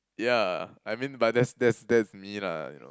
yeah I mean but that's that's that's me lah you know